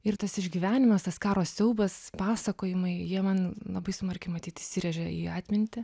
ir tas išgyvenimas tas karo siaubas pasakojimai jie man labai smarkiai matyt įsirėžė į atmintį